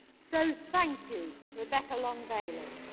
so, thank you, rebecca long-bailey.